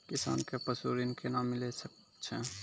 किसान कऽ पसु ऋण कोना मिलै छै?